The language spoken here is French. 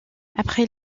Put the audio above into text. après